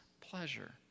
pleasure